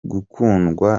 gukundwa